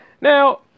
Now